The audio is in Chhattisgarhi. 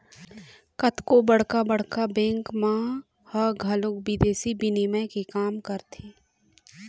कतको बड़का बड़का बेंक मन ह घलोक बिदेसी बिनिमय के काम करथे